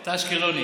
אתה אשקלוני.